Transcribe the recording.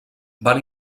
van